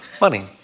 money